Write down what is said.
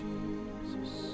Jesus